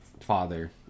father